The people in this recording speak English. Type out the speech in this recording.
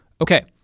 Okay